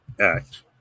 Act